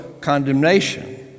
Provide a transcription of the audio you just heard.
condemnation